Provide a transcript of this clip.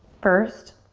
first.